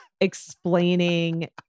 explaining